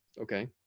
Okay